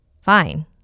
fine